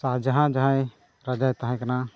ᱥᱟᱦᱟᱡᱟᱦᱟᱱ ᱡᱟᱦᱟᱸᱭ ᱨᱟᱡᱟᱭ ᱛᱟᱦᱮᱸ ᱠᱟᱱᱟ